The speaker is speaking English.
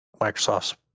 Microsoft's